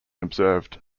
observed